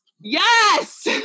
Yes